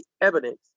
evidence